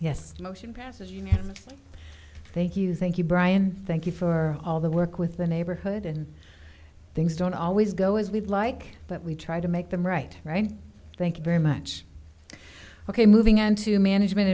yes motion passes you know thank you thank you brian thank you for all the work with the neighborhood and things don't always go as we'd like but we try to make them right right thank you very much ok moving on to management